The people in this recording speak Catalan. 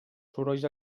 sorolls